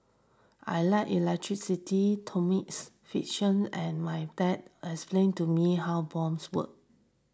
I like electricity and my dad explained to me how bombs work